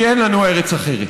כי אין לנו ארץ אחרת.